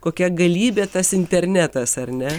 kokia galybė tas internetas ar ne